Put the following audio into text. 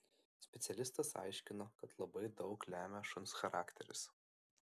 specialistas aiškino kad labai daug lemia šuns charakteris